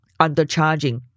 undercharging